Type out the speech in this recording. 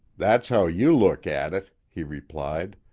that's how you look at it, he replied.